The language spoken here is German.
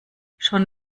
schon